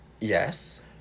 Yes